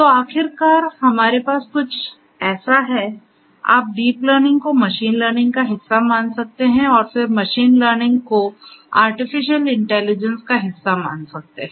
तो आखिरकार हमारे पास ऐसा कुछ है आप डीप लर्निंग को मशीन लर्निंग का हिस्सा मान सकते हैं और फिर मशीन लर्निंग को आर्टिफिशियल इंटेलिजेंस का हिस्सा मान सकते हैं